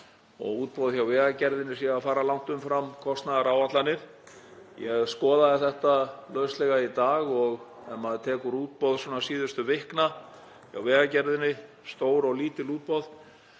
og útboð hjá Vegagerðinni séu að fara langt umfram kostnaðaráætlanir. Ég skoðaði þetta lauslega í dag og ef maður tekur útboð síðustu vikna hjá Vegagerðinni, stór og lítil,